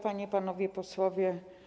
Panie i Panowie Posłowie!